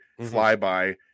fly-by